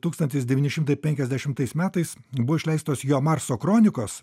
tūkstantis devyni šimtai penkiasdešimtais metais buvo išleistos jo marso kronikos